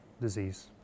disease